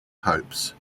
popes